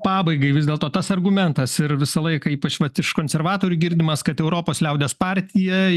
pabaigai vis dėlto tas argumentas ir visą laiką ypač vat iš konservatorių girdimas kad europos liaudies partija